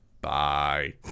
bye